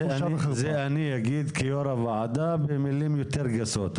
את זה אני אגיד כיושב ראש הוועדה במילים יותר בוטות,